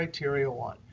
criteria one.